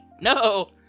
no